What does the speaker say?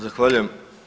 Zahvaljujem.